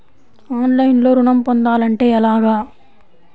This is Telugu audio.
ఆన్లైన్లో ఋణం పొందాలంటే ఎలాగా?